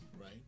Right